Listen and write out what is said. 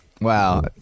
wow